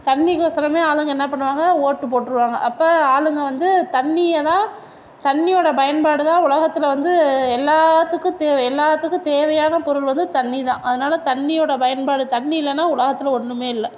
தண்ணிக்கோசரமே ஆளுங்க என்ன பண்ணுவாங்க ஓட்டு போட்டுருவாங்க அப்போ ஆளுங்க வந்து தண்ணியை தான் தண்ணியோடய பயன்பாடு தான் உலகத்தில் வந்து எல்லாத்துக்கும் தீர்வு எல்லாத்துக்கும் தேவையான பொருள் வந்து தண்ணி தான் அதனால் தண்ணியோடய பயன்பாடு தண்ணி இல்லைன்னா உலகத்தில் ஒன்றுமே இல்லை